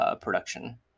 Production